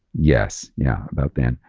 yes. yeah, about then.